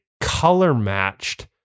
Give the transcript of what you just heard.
color-matched